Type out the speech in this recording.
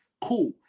Cool